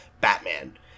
Batman